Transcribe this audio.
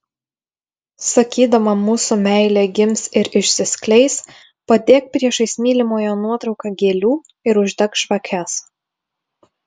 sakydama mūsų meilė gims ir išsiskleis padėk priešais mylimojo nuotrauką gėlių ir uždek žvakes